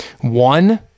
One